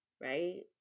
Right